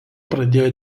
pradėjo